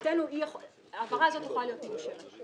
מבחינתי ההעברה הזאת יכולה להיות מאושרת.